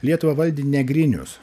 lietuvą valdė ne grinius